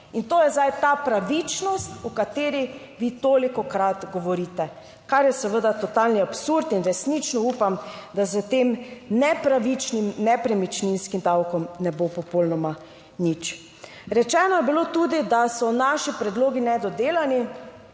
In to je zdaj ta pravičnost, o kateri vi tolikokrat govorite, kar je seveda totalni absurd in resnično upam, da s tem nepravičnim nepremičninskim davkom ne bo popolnoma nič. Rečeno je bilo tudi, da so naši predlogi nedodelani.